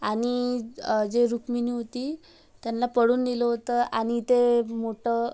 आणि जे रुक्मिणी होती त्यांना पळून नेलं होतं आणि ते मोठं